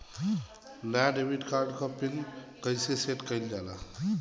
नया debit card क pin कईसे सेट कईल जाला?